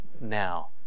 now